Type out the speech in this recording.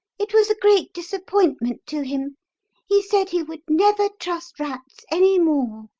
it was a great disappointment to him he said he would never trust rats any more.